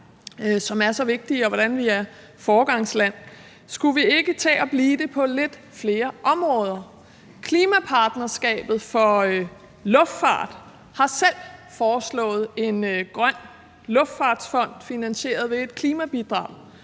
som er så vigtige, og hvordan vi er foregangsland. Skulle vi ikke tage og blive det på lidt flere områder? Klimapartnerskabet for luftfart har selv foreslået en grøn luftfartsfond finansieret ved et klimabidrag